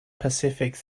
pacific